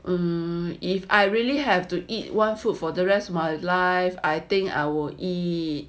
um if I really have to eat one food for the rest of my life I think I will eat